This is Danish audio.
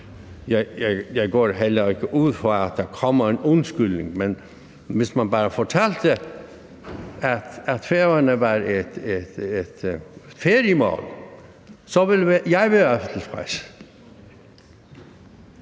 jeg går heller ikke ud fra, at der kommer en undskyldning. Men hvis man bare fortalte, at Færøerne var et feriemål, så ville jeg være tilfreds.